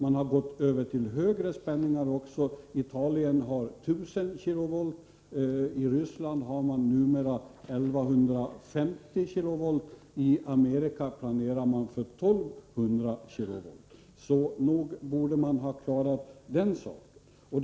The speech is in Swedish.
Man har också gått över till högre spänningar: Italien har 1 000 kV, i Ryssland används numera 1150 kV, och i Amerika planerar man för 1 200 kV. Nog borde man därför har klarat den här saken.